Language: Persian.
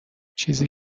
چیزی